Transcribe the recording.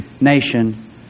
nation